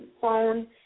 phone